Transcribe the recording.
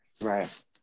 Right